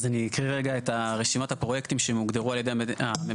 אז אני אקריא רגע את רשימת הפרויקטים שהם הוגדרו על ידי הממשלה.